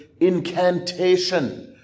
incantation